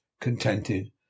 contented